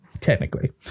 technically